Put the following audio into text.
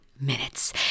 minutes